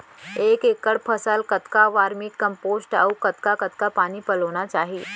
एक एकड़ फसल कतका वर्मीकम्पोस्ट अऊ कतका कतका पानी पलोना चाही?